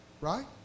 right